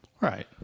right